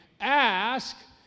Ask